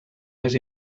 més